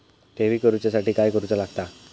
ठेवी करूच्या साठी काय करूचा लागता?